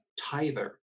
tither